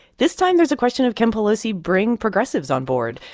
this time, there's a question of, can pelosi bring progressives on board?